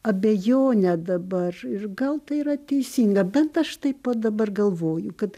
abejone dabar ir gal tai yra teisinga bent aš taip vat dabar galvoju kad